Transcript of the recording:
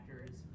actors